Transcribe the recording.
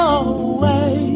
away